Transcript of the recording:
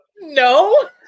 no